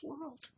world